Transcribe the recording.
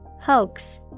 Hoax